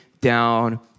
down